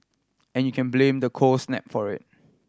and you can blame the cold snap for it